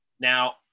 Now